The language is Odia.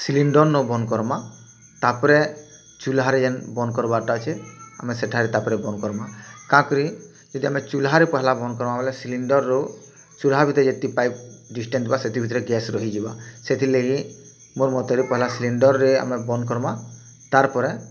ସିଲାଣ୍ଡର୍ ନୁ ବନ୍ଦ କର୍ମା ତାପରେ ଚୁଲ୍ଲା ରେ ଯେନ୍ ବନ୍ଦ କର୍ବାର୍ ଟା ଅଛି ଆମେ ସେଠାରେ ତାର୍ ପରେ ବନ୍ଦ କର୍ମା କା କରି ଯଦି ଆମେ ଚୁଲ୍ଲା ରେ ପହେଲା ବନ୍ଦ କର୍ମା ବୋଲେ ସିଲିଣ୍ଡର୍ରୁ ଚୁଲ୍ଲା ଭିତରେ ଯେତିକି ପାଇପ୍ ଡିଷ୍ଟାନ୍ସ ଥିବା ସେତିକି ଭିତରେ ଗ୍ୟାସ୍ ରହିଯିବା ସେଥିର୍ ଲାଗି ମୋର୍ ମତ ରେ ପହେଲା ସିଲିଣ୍ଡର୍ରେ ଆମେ ବନ୍ଦ କର୍ମା ତାର୍ ପରେ